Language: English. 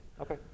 okay